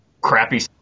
crappy